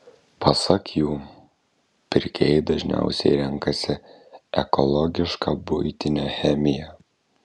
pasak jų pirkėjai dažniausiai renkasi ekologišką buitinę chemiją